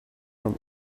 from